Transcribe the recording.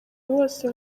bose